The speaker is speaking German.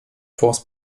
fonds